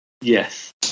Yes